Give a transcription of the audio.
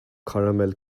caramel